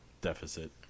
deficit